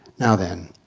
now then